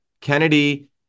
Kennedy